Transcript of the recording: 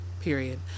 period